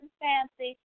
fancy